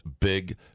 big